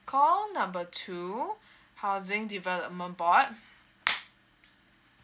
call number two housing development board